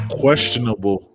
questionable